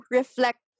reflect